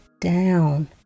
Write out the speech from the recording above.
down